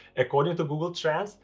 according to google trends,